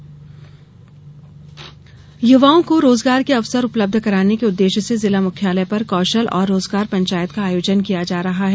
कौशल पंचायत युवाओं को रोजगार के अवसर उपलब्ध कराने के उद्देश्य से जिला मुख्यालय पर कौशल और रोजगार पंचायत का आयोजन किया जा रहा है